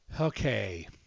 Okay